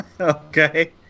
Okay